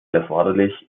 erforderlich